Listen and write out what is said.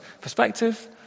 perspective